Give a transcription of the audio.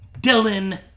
Dylan